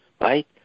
right